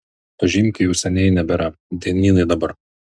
pažymkių jau seniai nebėra dienynai dabar